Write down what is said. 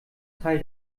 teil